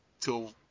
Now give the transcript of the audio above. Till